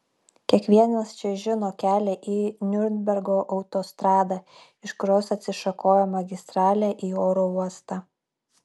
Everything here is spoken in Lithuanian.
kiekvienas čia žino kelią į niurnbergo autostradą iš kurios atsišakoja magistralė į oro uostą